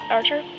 Archer